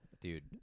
Dude